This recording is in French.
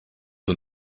aux